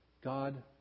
God